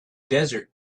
desert